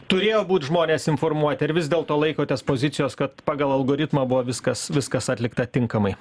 turėjo būt žmonės informuoti ar vis dėlto laikotės pozicijos kad pagal algoritmą buvo viskas viskas atlikta tinkamai